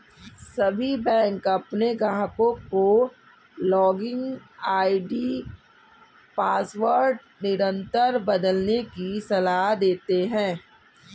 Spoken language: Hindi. सभी बैंक अपने ग्राहकों को लॉगिन आई.डी पासवर्ड निरंतर बदलने की सलाह देते हैं